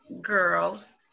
girls